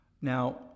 Now